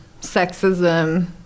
sexism